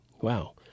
Wow